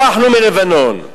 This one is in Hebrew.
ברחנו מלבנון.